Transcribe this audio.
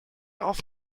auf